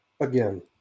Again